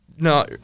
No